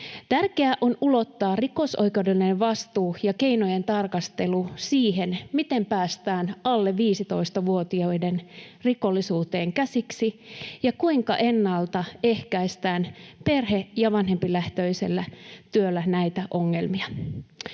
Tärkeää on ulottaa rikosoikeudellinen vastuu ja keinojen tarkastelu siihen, miten päästään alle 15-vuotiaiden rikollisuuteen käsiksi ja kuinka näitä ongelmia ennaltaehkäistään perhe- ja vanhempilähtöisellä työllä. Arvoisa